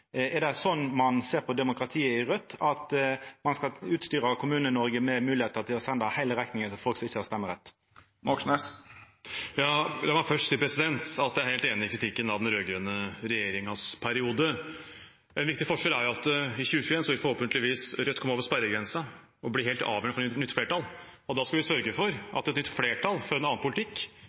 Er det slik ein ser på demokratiet i Raudt, at ein skal utstyra Kommune-Noreg med moglegheiter til å senda heile rekninga til folk som ikkje har røysterett? La meg først si at jeg er helt enig i kritikken av den rød-grønne regjeringens periode. En viktig forskjell er at i 2021 vil Rødt forhåpentligvis komme over sperregrensen og bli helt avgjørende for et nytt flertall, og da skal vi sørge for at et nytt flertall fører en annen politikk